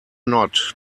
not